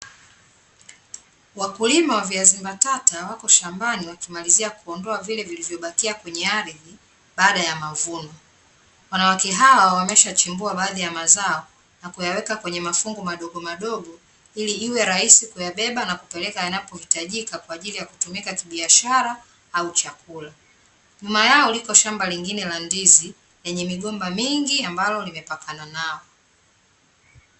Wakulima wa viazi mbatata wako shambani wakimalizia kuondoa vile vilivyobakia kwenye ardhi baada ya mavuno. Wanawake hawa wameshachimbua baadhi ya mazao na kuyaweka kwenye mafungu madogo madogo ili iwe rahisi kuyabeba na kupeleka yanapohitajika kwa ajili ya kutumika kibiashara au chakula. Nyuma yao liko shamba lingine la ndizi lenye migomba mingi ambalo limepakana nao.